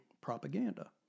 propaganda